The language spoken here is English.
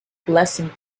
blessing